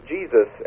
Jesus